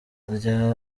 rya